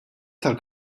tal